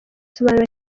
kimwe